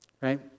right